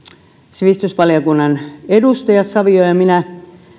sivistysvaliokunnan edustajat savio ja minä